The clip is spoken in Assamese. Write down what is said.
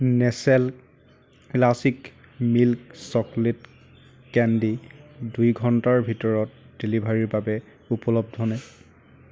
Nestle classic milk chocolate candy দুই ঘণ্টাৰ ভিতৰত ডেলিভাৰীৰ বাবে উপলব্ধনে